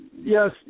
Yes